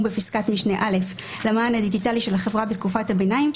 בפסקת משנה (א) למען הדיגיטלי של החברה בתקופת הביניים,